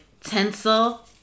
tinsel